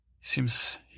seems